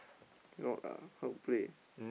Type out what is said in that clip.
cannot lah how to play